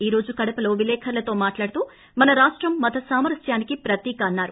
ఈరోజు కడపలో విలేకరులతో మాట్లాడుతూ మన రాష్టం మత సామరస్యానికి ప్రతీక అని చెప్పారు